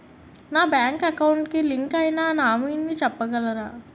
నా bank account కి link అయినా నామినీ చెప్పగలరా?